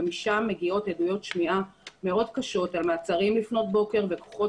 ומשם מגיעות עדויות שמיעה מאוד קשות על מעצרים לפנות בוקר וכוחות